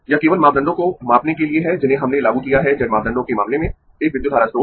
यह केवल मापदंडों को मापने के लिए है जिन्हें हमने लागू किया है Z मापदंडों के मामले में एक विद्युत धारा स्रोत